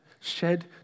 shed